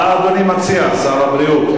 מה אדוני מציע, שר הבריאות?